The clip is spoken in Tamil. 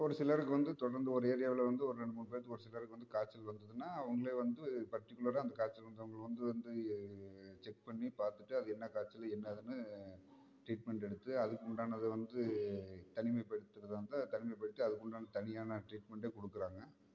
ஒரு சிலருக்கு வந்து தொடர்ந்து ஒரு ஏரியாவில் வந்து ஒரு ரெண்டு மூணு பேர்த்துக்கு ஒருசிலருக்கு வந்து காய்ச்சல் வந்ததுனால் அவர்களே வந்து பட்டிக்குலராக அந்த காய்ச்சல் வந்தவங்களுக்கு வந்து வந்து செக் பண்ணி பார்த்துட்டு அது என்ன காய்ச்ல் அது என்ன ஏதுனு ட்ரீட்மெண்ட்டு எடுத்து அதுக்குண்டானது வந்து தனிமைப்படுத்திக்கிறதாக இருந்தால் தனிமைப்படுத்தி அதுக்குண்டான தனியான ட்ரீட்மெண்டே கொடுக்குறாங்க